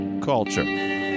culture